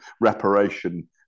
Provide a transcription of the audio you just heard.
reparation